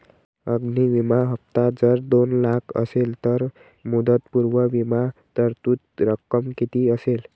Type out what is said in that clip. अग्नि विमा हफ्ता जर दोन लाख असेल तर मुदतपूर्व विमा तरतूद रक्कम किती असेल?